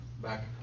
back